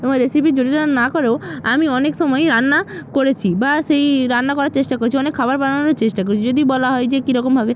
এবং রেসিপি যদি না না করেও আমি অনেক সময়ই রান্না করেছি বা সেই রান্না করার চেষ্টা করেছি অনেক খাবার বানানোরও চেষ্টা করেছি যদি বলা হয় যে কীরকম ভাবে